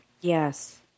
Yes